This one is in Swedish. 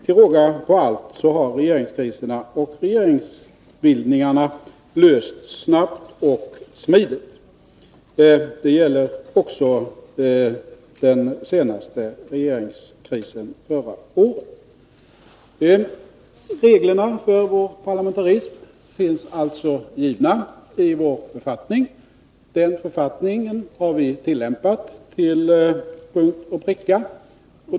Till råga på allt har regeringskriserna och regeringsbildningarna lösts snabbt och smidigt. Det gäller även den senaste regeringskrisen förra året. Reglerna för vår parlamentarism finns alltså angivna i vår författning. Denna har vi tillämpat till punkt och pricka.